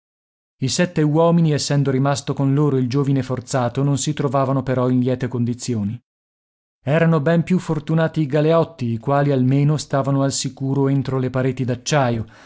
i sette uomini essendo rimasto con loro il giovine forzato non si trovavano però in liete condizioni erano ben più fortunati i galeotti i quali almeno stavano al sicuro entro le pareti